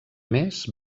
més